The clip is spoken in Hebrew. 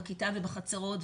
בכיתה ובחצרות,